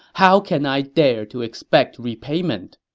how can i dare to expect repayment?